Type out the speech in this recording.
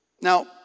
Now